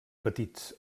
petits